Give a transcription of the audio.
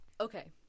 okay